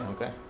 Okay